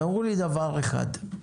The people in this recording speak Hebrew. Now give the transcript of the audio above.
ואמרו לי דבר אחד: